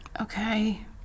okay